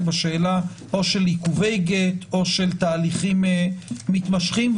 בשאלה של עיכובי גט או של תהליכים מתמשכים,